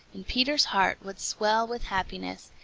and peter's heart would swell with happiness,